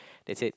that's it